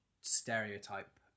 stereotype